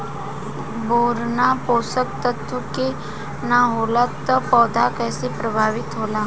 Boron पोषक तत्व के न होला से पौधा कईसे प्रभावित होला?